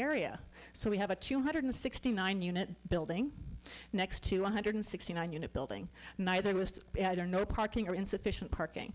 area so we have a two hundred sixty nine unit building next to one hundred sixty nine unit building neither was there no parking or insufficient parking